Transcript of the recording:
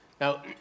Now